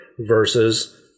Versus